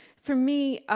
for me,